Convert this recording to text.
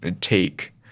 take –